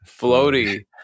floaty